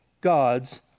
God's